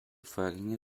vorgänge